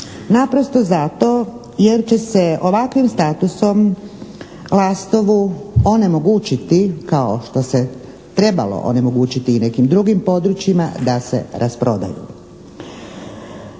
naprosto zato jer će ovakvim statusom Lastovu onemogućiti kao što se trebalo onemogućiti i nekim drugim područjima da se rasprodaju.